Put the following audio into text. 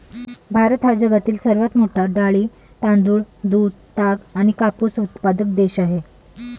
भारत हा जगातील सर्वात मोठा डाळी, तांदूळ, दूध, ताग आणि कापूस उत्पादक देश आहे